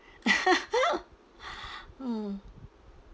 mm